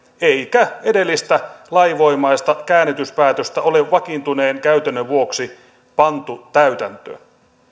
eikä edellistä lainvoimaista käännytyspäätöstä ole vakiintuneen käytännön vuoksi pantu täytäntöön